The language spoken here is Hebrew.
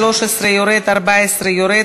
הסתייגות מס' 8 לא התקבלה.